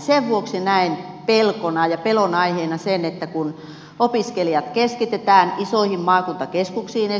sen vuoksi näen pelon aiheena sen että kun opiskelijat keskitetään esimerkiksi isoihin maakuntakeskuksiin